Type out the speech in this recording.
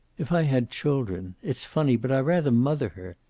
if i had children it's funny, but i rather mother her!